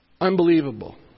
Unbelievable